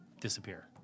disappear